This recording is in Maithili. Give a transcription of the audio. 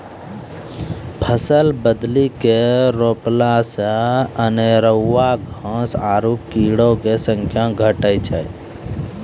फसल बदली के रोपला से अनेरूआ घास आरु कीड़ो के संख्या घटै छै